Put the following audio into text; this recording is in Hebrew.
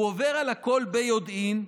הוא עובר על הכול ביודעין.